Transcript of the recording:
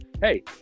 hey